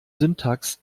syntax